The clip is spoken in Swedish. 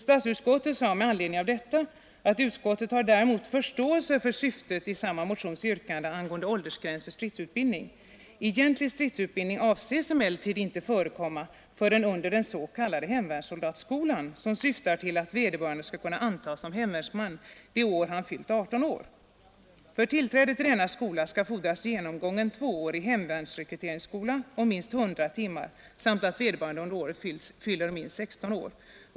Statsutskottet sade med anledning av detta: ”Utskottet har däremot förståelse för syftet i samma motions yrkande angående åldersgräns för stridsutbildning. Egentlig stridsutbildning avses emellertid inte förekomma förrän under den s.k. hemvärnssoldatsskolan som syftar till att vederbörande skall kunna antas som hemvärnsman det år han fyller 18 år. För tillträde till denna skola skall fordras genomgången tvåårig hemvärnsrekrytskola om minst 100 timmar samt att vederbörande under året fyller minst 16 år.